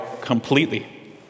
completely